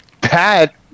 Pat